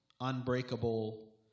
unbreakable